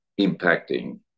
impacting